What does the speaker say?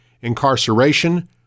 incarceration